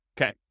Okay